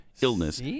illness